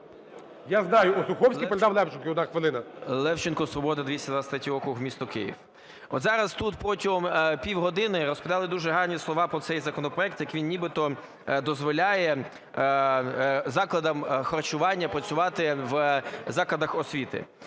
Я знаю, Осуховський передав Левченко. Одна хвилина. 13:10:23 ЛЕВЧЕНКО Ю.В. Левченко, "Свобода", 223 округ місто Київ. От зараз тут протягом півгодини розповідали дуже гарні слова про цей законопроект, як він нібито дозволяє закладам харчування працювати в закладах освіти.